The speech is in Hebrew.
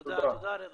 תודה, רדא.